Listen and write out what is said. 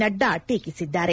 ನಡ್ಡಾ ಟೀಕಿಸಿದ್ದಾರೆ